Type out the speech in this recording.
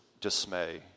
dismay